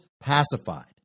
pacified